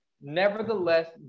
Nevertheless